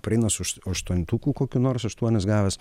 pareina su aštuntuku kokiu nors aštuonis gavęs